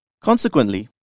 Consequently